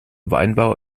weinbau